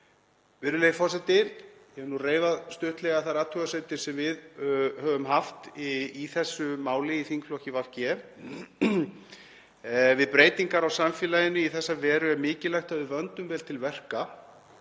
Virðulegi forseti. Ég hef nú reifað stuttlega þær athugasemdir sem við höfum haft í þessu máli í þingflokki VG. Við breytingar á samfélaginu í þessa veru er mikilvægt að við vöndum vel til verka.